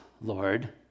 Lord